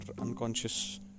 unconscious